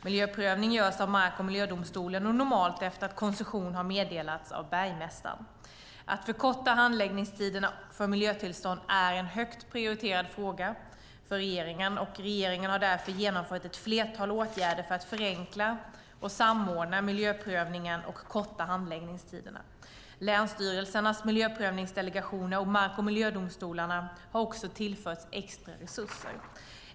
Miljöprövning görs av mark och miljödomstolen och normalt efter att koncession har meddelats av bergmästaren. Att förkorta handläggningstiderna för miljötillstånd är en högt prioriterad fråga för regeringen. Regeringen har därför genomfört ett flertal åtgärder för att förenkla och samordna miljöprövningen och korta handläggningstiderna. Länsstyrelsernas miljöprövningsdelegationer och mark och miljödomstolarna har också tillförts extra resurser.